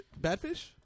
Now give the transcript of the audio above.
Badfish